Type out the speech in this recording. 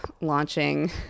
launching